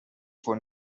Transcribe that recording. for